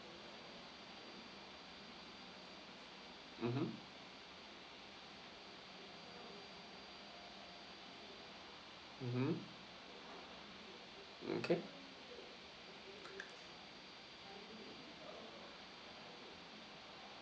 mmhmm mmhmm okay